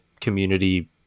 community